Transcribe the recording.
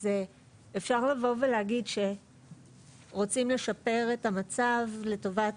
אז אפשר לבוא ולהגיד שרוצים לשפר את המצב לטובת,